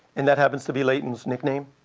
and that happens to be leighton's nickname.